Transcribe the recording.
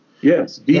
Yes